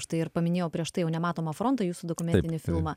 štai ir paminėjau prieš tai jau nematomą frontą jūsų dokumentinį filmą